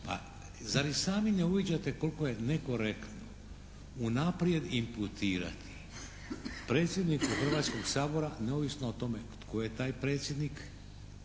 A zar i sami ne uviđate koliko je nekorektno unaprijed imputirati predsjedniku Hrvatskog sabora neovisno o tome tko je taj predsjednik